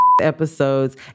episodes